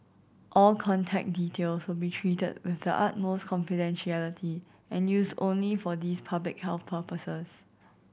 all contact details will be treated with the utmost confidentiality and used only for these public health purposes